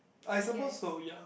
I suppose so ya